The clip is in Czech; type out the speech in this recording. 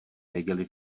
neděli